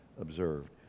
observed